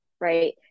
right